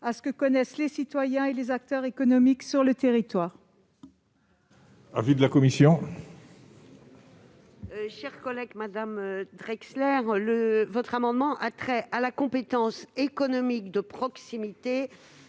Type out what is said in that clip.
à ce que connaissent les citoyens et les acteurs économiques sur le territoire.